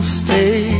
stay